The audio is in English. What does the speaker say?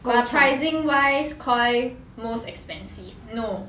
but pricing wise Koi most expensive no